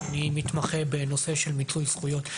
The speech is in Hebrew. אני מתמחה בנושא של מיצוי זכויות.